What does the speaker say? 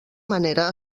manera